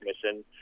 Commission